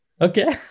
Okay